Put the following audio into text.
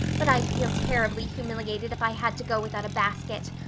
but i'd feel terribly humiliated if i had to go without a basket.